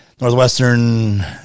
Northwestern